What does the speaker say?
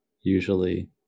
usually